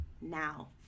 now